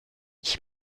ich